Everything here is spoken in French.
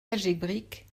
algébrique